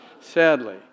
Sadly